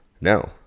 No